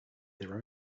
their